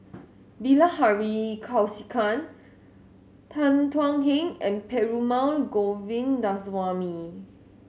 Bilahari Kausikan Tan Thuan Heng and Perumal Govindaswamy